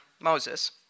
Moses